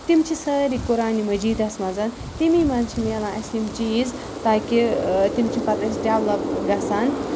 تِم چھِ سٲری قُرآنِ مجیٖدَس منٛز تٔمی منٛز چھِ ملان اَسہِ یِم چیٖز تاکہِ تِم چھِ پَتہٕ أسۍ ڈٮ۪ولَپ گژھان